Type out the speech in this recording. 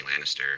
Lannister